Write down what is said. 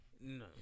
No